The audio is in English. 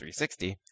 360